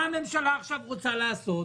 מה הממשלה עכשיו רוצה לעשות?